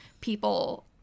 people